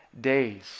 days